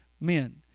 men